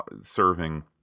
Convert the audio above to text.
serving